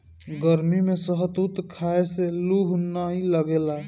गरमी में शहतूत खाए से लूह नाइ लागेला